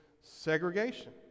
segregation